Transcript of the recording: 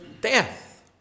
death